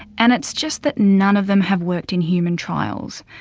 and it's just that none of them have worked in human trials,